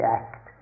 act